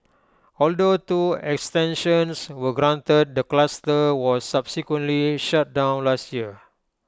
although two extensions were granted the cluster was subsequently shut down last year